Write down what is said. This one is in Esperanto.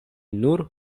nur